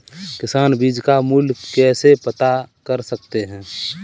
किसान बीज का मूल्य कैसे पता कर सकते हैं?